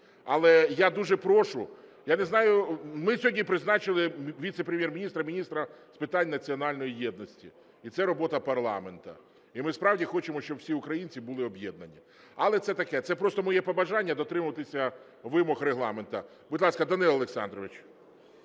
Але я дуже прошу... Я не знаю, ми сьогодні призначили Віце-прем'єр-міністра – Міністра з питань національної єдності, і це робота парламенту. І ми справді хочемо, щоб всі українці були об'єднані. Але це таке, це просто моє побажання дотримуватися вимог Регламенту. Будь ласка, Данило Олександрович.